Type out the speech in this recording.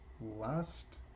last